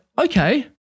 okay